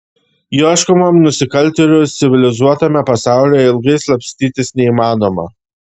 ieškomam nusikaltėliui civilizuotame pasaulyje ilgai slapstytis neįmanoma